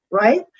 right